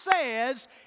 says